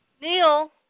Neil